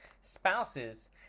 Spouses